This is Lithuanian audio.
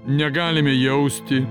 negalime jausti